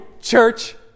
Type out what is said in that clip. church